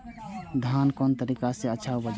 धान कोन तरीका से अच्छा उपज होते?